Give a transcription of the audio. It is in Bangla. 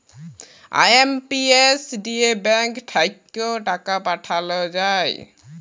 আই.এম.পি.এস দিয়ে ব্যাঙ্ক থাক্যে টাকা পাঠাল যায়